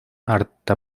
harta